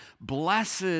blessed